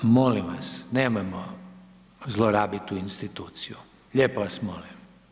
Molim vas, nemojmo zlorabiti tu instituciju, lijepo vas molim.